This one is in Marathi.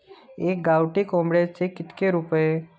एका गावठी कोंबड्याचे कितके रुपये?